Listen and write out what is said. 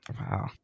Wow